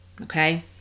Okay